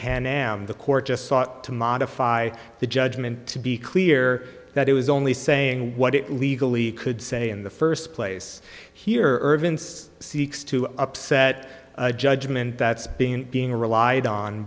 pan am the court just sought to modify the judgment to be clear that it was only saying what it legally could say in the first place here irvin says seeks to upset a judgment that's been being relied on